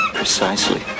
precisely